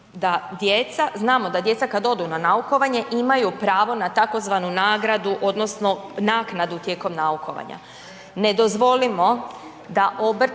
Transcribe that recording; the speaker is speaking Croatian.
znamo da djeca kad odu na naukovanje imaju pravo na tzv. nagradu odnosno naknadu tijekom naukovanja.